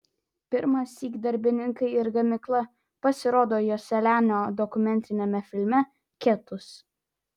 pirmąsyk darbininkai ir gamykla pasirodo joselianio dokumentiniame filme ketus